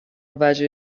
وجه